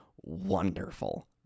wonderful